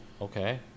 okay